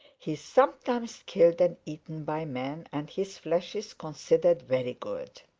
he is sometimes killed and eaten by man and his flesh is considered very good.